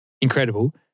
Incredible